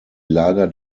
lager